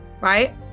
Right